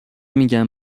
میگن